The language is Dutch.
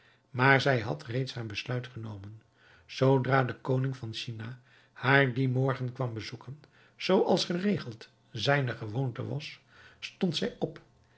maar zij had reeds haar besluit genomen zoodra de koning van china haar dien morgen kwam bezoeken zoo als geregeld zijne gewoonte was stond zij op